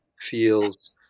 feels